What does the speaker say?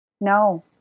no